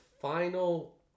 final